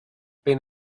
been